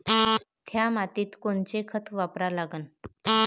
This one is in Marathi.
थ्या मातीत खतं कोनचे वापरा लागन?